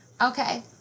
Okay